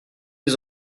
les